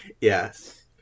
Yes